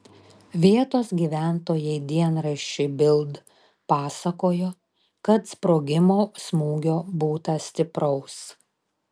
vietos gyventojai dienraščiui bild pasakojo kad sprogimo smūgio būta stipraus